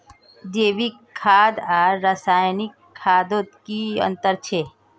जैविक खाद आर रासायनिक खादोत की अंतर छे?